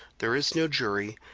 there is no jury,